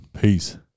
Peace